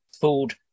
food